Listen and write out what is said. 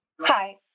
Hi